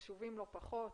חשובים לא פחות,